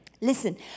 Listen